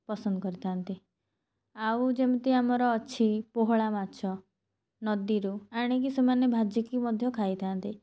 ପସନ୍ଦ କରିଥାନ୍ତି ଆଉ ଯେମିତି ଆମର ଅଛି ପୋହଳା ମାଛ ନଦୀରୁ ଆଣିକି ସେମାନେ ଭାଜିକି ମଧ୍ୟ ଖାଇଥାନ୍ତି